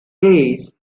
days